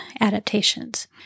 adaptations